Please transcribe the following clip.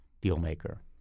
deal-maker